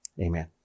amen